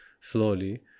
slowly